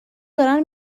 دارن